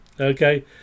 Okay